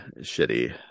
shitty